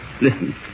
Listen